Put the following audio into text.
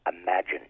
imagine